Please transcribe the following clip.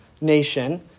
nation